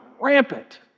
rampant